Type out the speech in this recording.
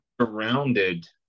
surrounded